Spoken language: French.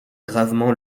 gravement